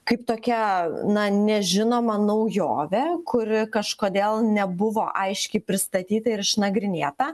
kaip tokia na nežinoma naujovė kuri kažkodėl nebuvo aiškiai pristatyta ir išnagrinėta